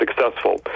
successful